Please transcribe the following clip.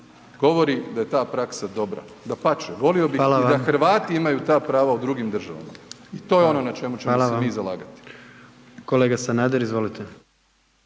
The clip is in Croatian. govori da je ta praksa dobra, dapače, volio bih i da Hrvati imaju ta prava u drugim državama. I to je ono na čemu ćemo se mi zalagati.